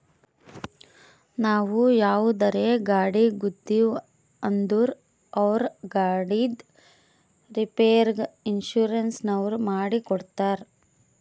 ನಾವು ಯಾವುದರೇ ಗಾಡಿಗ್ ಗುದ್ದಿವ್ ಅಂದುರ್ ಅವ್ರ ಗಾಡಿದ್ ರಿಪೇರಿಗ್ ಇನ್ಸೂರೆನ್ಸನವ್ರು ಮಾಡಿ ಕೊಡ್ತಾರ್